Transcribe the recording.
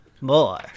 more